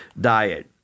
diet